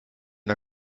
der